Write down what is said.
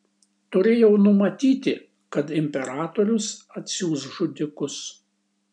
turėjau numatyti kad imperatorius atsiųs žudikus